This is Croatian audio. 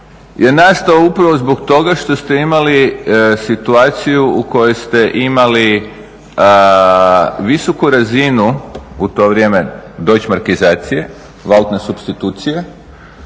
je nastao upravo zbog toga što ste imali situaciju u kojoj ste imali visoku razinu u to vrijeme deutschmarkizacije, valutne supstitucije